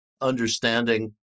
understanding